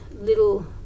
little